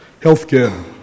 healthcare